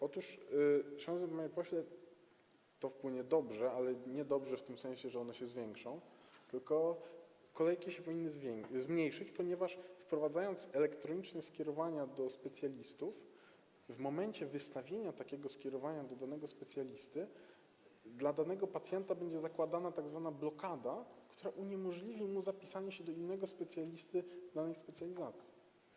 Otóż, szanowny panie pośle, wpłynie to dobrze, ale nie dobrze w tym sensie, że one się zwiększą, tylko kolejki się powinny zmniejszyć, ponieważ wprowadzając elektroniczne skierowania do specjalistów, w momencie wystawienia takiego skierowania do danego specjalisty dla danego pacjenta będzie zakładana tzw. blokada, która uniemożliwi mu zapisanie się do innego specjalisty w danej specjalizacji.